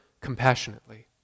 compassionately